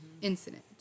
incident